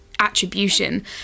attribution